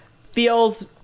feels